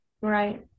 Right